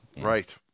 Right